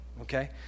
Okay